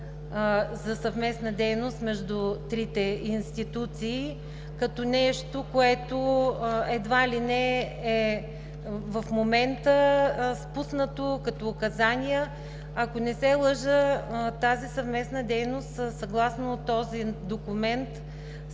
за съвместна дейност между трите институции като нещо, което едва ли не в момента спуснато като указания. Ако не се лъжа тази съвместна дейност, съгласно този документ,